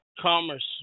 Commerce